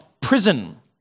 prison